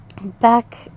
back